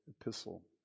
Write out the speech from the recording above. epistle